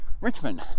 Richmond